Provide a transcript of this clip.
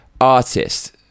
artist